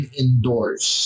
indoors